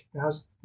how's